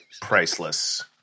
priceless